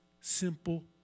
simple